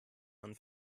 man